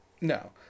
No